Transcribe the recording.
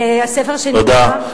הספר שנקרא, תודה.